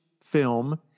film